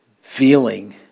feeling